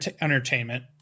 entertainment